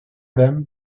them